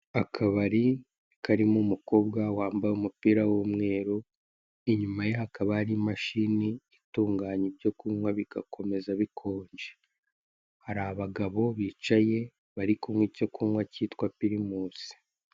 Akabari karimo umukobwa wambaye umupira w'umweru, inyuma ye hakaba hari imashini itunganya ibyo kunywa bigakomeza bikonje; hari abagabo bicaye bari kunywa icyo kunywa cyitwa pirimunsi.